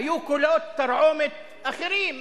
היו קולות תרעומת אחרים שנים,